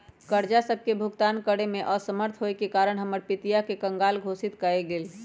कर्जा सभके भुगतान करेमे असमर्थ होयेके कारण हमर पितिया के कँगाल घोषित कएल गेल